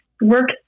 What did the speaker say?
work